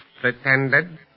Pretended